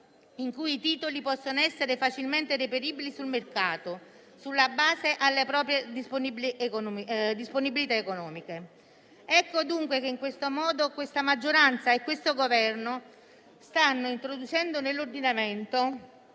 in cui i titoli possono essere facilmente reperibili sul mercato, sulla base delle proprie disponibilità economiche. In questo modo questa maggioranza e questo Governo stanno introducendo nell'ordinamento